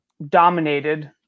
dominated